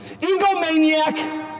egomaniac